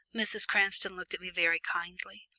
mrs. cranston looked at me very kindly.